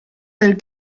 del